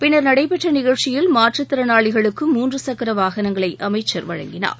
பின்னர் நடைபெற்ற நிகழ்ச்சியில் மாற்றுதிறனாளிகளுக்கு மூன்று சக்கர வாகனங்களை அமைச்சர் வழங்கினார்